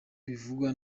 bivugwa